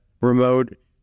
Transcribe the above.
remote